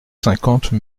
cinquante